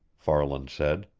farland said.